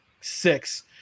six